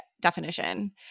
definition